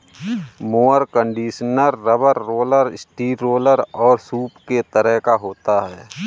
mower conditioner rubber roller, steel roller और सूप के तरह का होता है